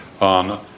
on